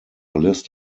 list